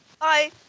Bye